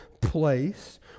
place